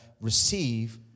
receive